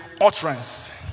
utterance